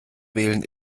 wählen